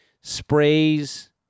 Sprays